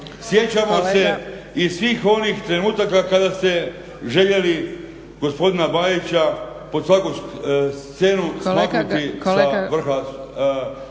Sjećamo se i svih onih trenutaka kada ste željeli gospodina Bajića pod svaki cijenu smaknuti sa vrha